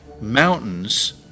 mountains